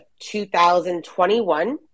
2021